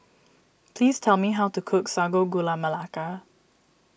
please tell me how to cook Sago Gula Melaka